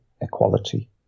equality